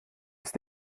ist